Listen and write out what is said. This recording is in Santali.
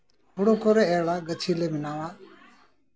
ᱦᱩᱲᱩ ᱠᱚᱞᱮ ᱮᱨᱼᱟ ᱜᱟᱹᱪᱷᱤ ᱞᱮ ᱵᱮᱱᱟᱣᱟ